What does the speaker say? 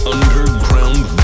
Underground